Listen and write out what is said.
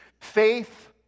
Faith